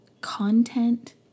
content